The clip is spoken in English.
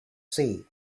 see